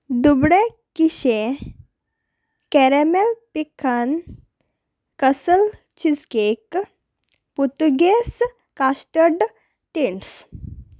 दुबडें किशें caramel pecan कसल cheese cake Portuguese custard tins